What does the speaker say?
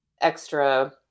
extra